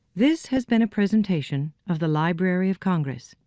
this has been a presentation of the library of congress.